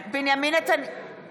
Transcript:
(קוראת בשם חבר הכנסת)